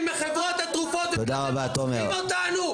מחברת התרופות ובגלל זה הם רוצחים אותנו.